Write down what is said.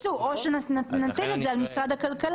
לייצוא או שנטיל את זה על משרד הכלכלה.